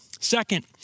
Second